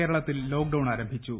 കേരളത്തിൽ ലോക്ഡൌൺ ആരംഭിച്ചു